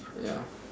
ya